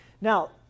Now